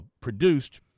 produced